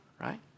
right